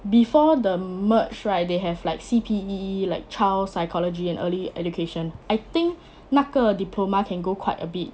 before the merge right they have like C_P_E like child psychology and early education I think 那个 diploma can go quite a bit